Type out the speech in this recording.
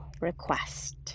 request